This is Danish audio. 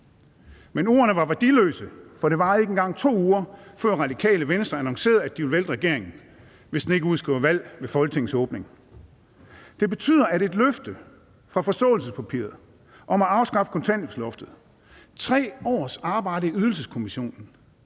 Men ordene var værdiløse, for det varede ikke engang 2 uger, før Radikale Venstre annoncerede, at de ville vælte regeringen, hvis den ikke udskrev valg ved Folketingets åbning. Det betyder, at et løfte fra forståelsespapiret om at afskaffe kontanthjælpsloftet, 3 års arbejde i Ydelseskommissionen,